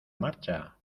marcha